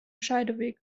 scheideweg